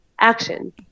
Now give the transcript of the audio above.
action